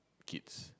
kids